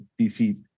DC